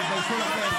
חברת הכנסת שיר סגמן.